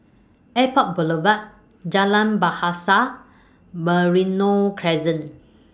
Airport Boulevard Jalan Bahasa Merino Crescent